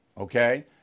okay